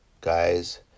guys